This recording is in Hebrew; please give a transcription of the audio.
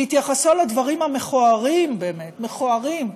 בהתייחסו לדברים המכוערים, באמת, מכוערים,